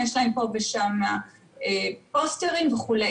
יש להם פה ושם פוסטרים וכו'.